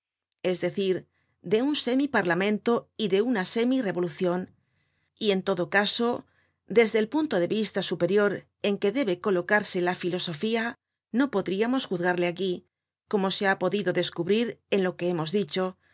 es decir de un semi parlamento y de una semi revolucion y en todo caso desde el punto de vista superior en que debe colocarse la filosofía no podríamos juzgarle aquí como se ha podido descubrir en lo que hemos dicho